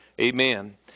Amen